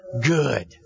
good